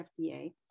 FDA